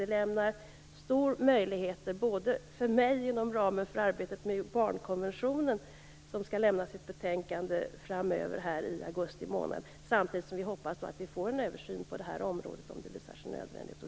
Det ger stora möjligheter, bl.a. för mig inom ramen för arbetet med barnkonventionen, som skall lämna sitt betänkande i augusti månad, samtidigt som jag hoppas att vi får en översyn på det här området om det visar sig nödvändigt.